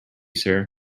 sir